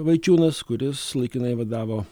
vaičiūnas kuris laikinai vadavo